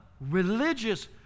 religious